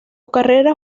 carrera